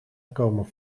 komen